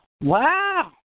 Wow